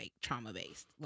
trauma-based